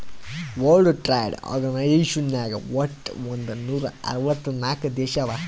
world trade organisation ನಾಗ್ ವಟ್ ಒಂದ್ ನೂರಾ ಅರ್ವತ್ ನಾಕ್ ದೇಶ ಅವಾ